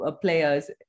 players